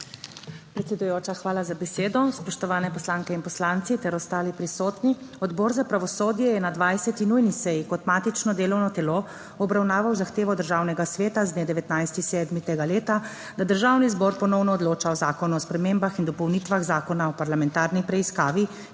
Predsedujoča, hvala za besedo. Spoštovani poslanke in poslanci ter ostali prisotni! Odbor za pravosodje je na 20. nujni seji kot matično delovno telo obravnaval zahtevo Državnega sveta z dne 19. 7. tega leta, da Državni zbor ponovno odloča o Zakonu o spremembah in dopolnitvah Zakona o parlamentarni preiskavi,